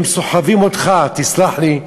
הם סוחבים אותך, תסלח לי,